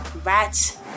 Rats